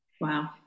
wow